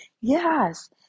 Yes